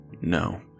no